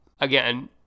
Again